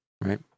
right